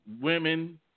women